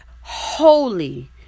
holy